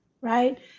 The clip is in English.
right